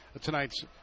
tonight's